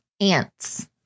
Ants